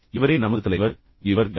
இவரே நமது தலைவர் இவர் யார்